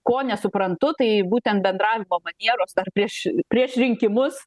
ko nesuprantu tai būtent bendravimo manieros dar prieš prieš rinkimus